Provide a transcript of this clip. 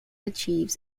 achieves